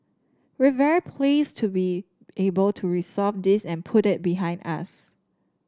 we very pleased to be able to resolve this and put it behind us